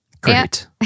Great